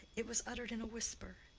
it was uttered in a whisper,